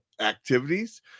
activities